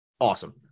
Awesome